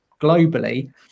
globally